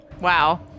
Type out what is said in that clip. Wow